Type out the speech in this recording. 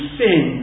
sin